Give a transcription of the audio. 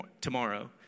tomorrow